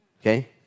okay